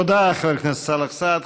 תודה, חבר הכנסת סאלח סעד.